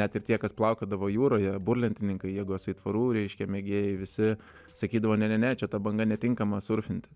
net ir tie kas plaukiodavo jūroje burlentininkai jėgos aitvarų reiškia mėgėjai visi sakydavo ne ne čia ta banga netinkama surfinti